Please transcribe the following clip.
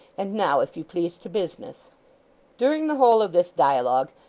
and now, if you please, to business during the whole of this dialogue,